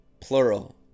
plural